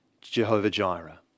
Jehovah-Jireh